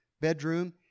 bedroom